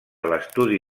l’estudi